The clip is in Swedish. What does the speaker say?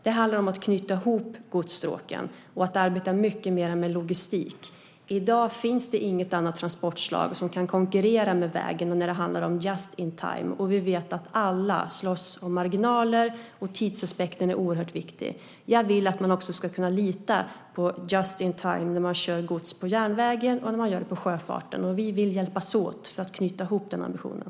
Det handlar om att knyta ihop godsstråken och att arbeta mycket mer med logistik. I dag finns det inget annat transportslag som kan konkurrera med vägen när det handlar om just-in-time . Vi vet att alla slåss om marginaler, och tidsaspekten är oerhört viktig. Jag vill att man också ska kunna lita på just-in-time när man kör gods på järnvägen och på sjöfarten. Vi vill hjälpas åt för att knyta ihop den ambitionen.